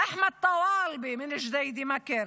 אחמד טואלבה מג'דיידה-מכר,